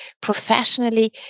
professionally